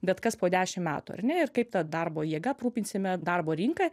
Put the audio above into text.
bet kas po dešimt metų ar ne ir kaip ta darbo jėga aprūpinsime darbo rinką